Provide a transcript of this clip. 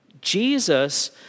Jesus